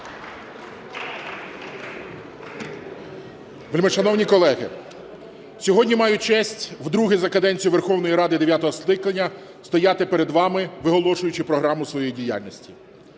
Вельмишановні колеги, сьогодні маю честь вдруге за каденцію Верховної Ради дев'ятого скликання стояти перед вами, виголошуючи програму своєї діяльності.